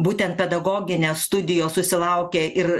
būtent pedagoginės studijos susilaukė ir